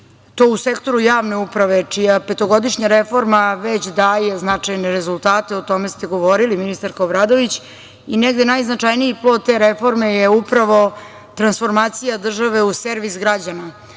to u sektoru javne uprave, čija petogodišnja reforma već daje značajne rezultate. O tome ste govorili, ministarka Obradović, i negde najznačajniji plod te reforme je upravo transformacija države u servis građana,